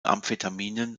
amphetaminen